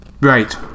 Right